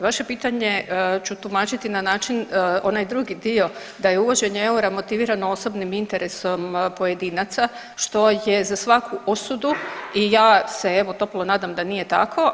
Vaše pitanje ću tumačiti na način onaj drugi dio da je uvođenje eura motivirano osobnim interesom pojedinaca što je za svaku osudu i ja se evo toplo nadam da nije tako.